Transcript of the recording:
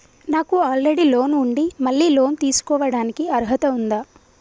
నాకు already loan ఉండి మళ్ళీ లోన్ తీసుకోవడానికి అర్హత ఉందా?